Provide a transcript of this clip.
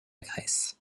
grèce